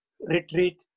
retreat